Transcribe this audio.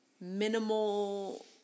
minimal